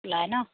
ওলাই ন